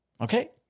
Okay